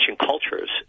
cultures